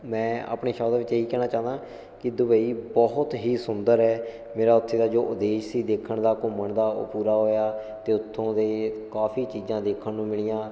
ਮੈਂ ਆਪਣੇ ਸ਼ਬਦਾਂ ਵਿੱਚ ਇਹ ਹੀ ਕਹਿਣਾ ਚਾਹੁੰਦਾ ਕਿ ਦੁਬਈ ਬਹੁਤ ਹੀ ਸੁੰਦਰ ਹੈ ਮੇਰਾ ਉੱਥੇ ਦਾ ਜੋ ਉਦੇਸ਼ ਸੀ ਦੇਖਣ ਦਾ ਘੁੰਮਣ ਦਾ ਉਹ ਪੂਰਾ ਹੋਇਆ ਅਤੇ ਉਥੋਂ ਦੇ ਕਾਫੀ ਚੀਜ਼ਾਂ ਦੇਖਣ ਨੂੰ ਮਿਲੀਆਂ